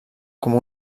com